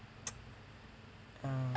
ah~